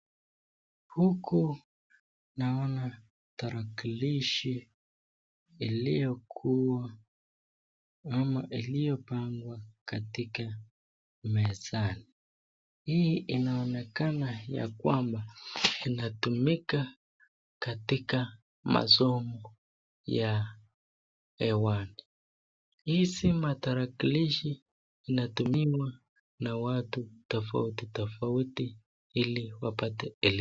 Huku naona tarakilishi iliyokuwa ama iliyopangwa katika mezani. Hii inaonekana ya kwamba inatumika katika masomo ya E-one . Hizi matarakilishi inatumiwa na watu tofauti tofauti ili wapate